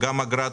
גם אגרת